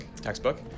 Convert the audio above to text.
textbook